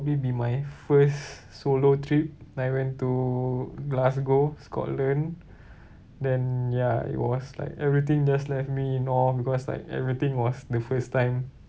probably be my first solo trip I went to glasgow scotland then ya it was like everything just left me in awe because like everything was the first time